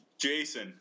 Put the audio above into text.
Jason